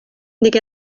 دیگه